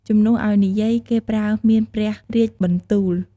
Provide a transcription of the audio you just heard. ជំនួសឲ្យ និយាយ គេប្រើ មានព្រះរាជបន្ទូល។